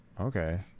okay